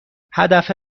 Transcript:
هدف